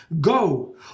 Go